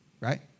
Right